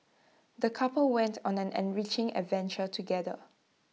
the couple went on an enriching adventure together